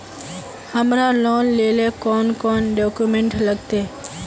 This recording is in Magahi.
हमरा लोन लेले कौन कौन डॉक्यूमेंट लगते?